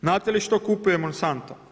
Znate li što kupuje Monsanto?